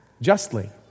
justly